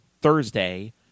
Thursday